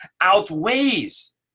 outweighs